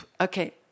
Okay